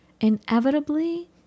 Inevitably